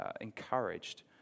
encouraged